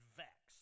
vex